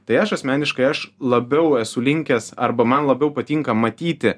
tai aš asmeniškai aš labiau esu linkęs arba man labiau patinka matyti